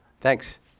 Thanks